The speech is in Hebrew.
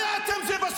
מה זה משנה לך?